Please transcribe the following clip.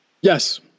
Yes